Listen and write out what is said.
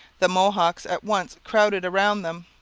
the mohawks at once crowded round them,